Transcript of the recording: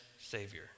Savior